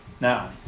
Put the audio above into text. Now